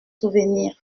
souvenirs